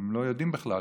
הם לא יודעים בכלל.